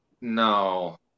No